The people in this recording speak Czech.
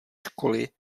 školy